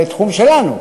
הם בתחום שלנו.